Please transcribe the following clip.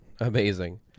Amazing